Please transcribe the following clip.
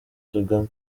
kagame